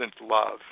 love